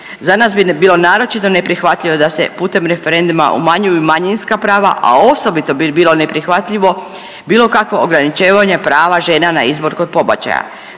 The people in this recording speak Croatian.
Za nas bi bilo naročito neprihvatljivo da se putem referenduma umanjuju manjinska prava, a osobito bi bilo neprihvatljivo bilo kakvo ograničavanje prava žena na izbor kod pobačaja.